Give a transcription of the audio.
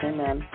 Amen